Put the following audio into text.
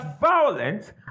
violent